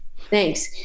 Thanks